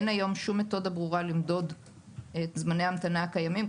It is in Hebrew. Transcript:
אין היום שום מתודה ברורה למדוד זמני המתנה קיימים,